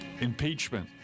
Impeachment